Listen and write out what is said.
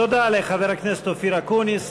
תודה לחבר הכנסת אופיר אקוניס.